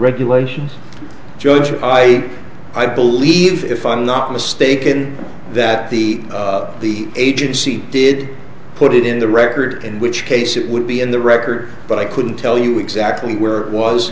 regulations judge i i believe if i'm not mistaken that the the agency did put it in the record in which case it would be in the record but i couldn't tell you exactly where it was